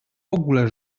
ogóle